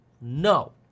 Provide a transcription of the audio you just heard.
No